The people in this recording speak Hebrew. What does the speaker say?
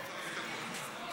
לא.